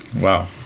Wow